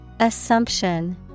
Assumption